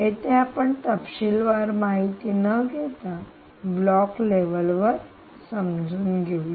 येथे आपण तपशीलवार माहिती न घेता ब्लॉक लेवल वर समजून घेऊया